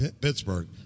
Pittsburgh